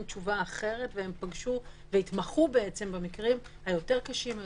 תשובה אחרת והם התמחו במקרים היותר קשים,